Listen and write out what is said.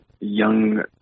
young